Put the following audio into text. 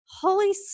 Holy